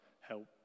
help